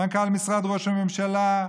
מנכ"ל משרד ראש הממשלה.